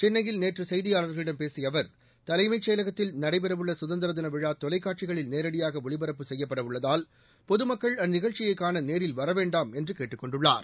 சென்னையில் நேற்று செய்தியாளர்களிடம் பேசிய அவர் தலைமைச் செயலகத்தில் நடைபெறவுள்ள சுதந்திர தின விழா தொலைக்காட்சிகளில் நேரடியாக ஒளிபரப்பு செய்யப்படவுள்ளதால் பொதுமக்கள் அந்நிகழ்ச்சியை காண நேரில் வரவேண்டாம் என்று கேட்டுக் கொண்டுள்ளார்